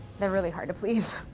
they're really hard to please.